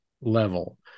level